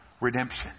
redemption